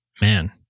man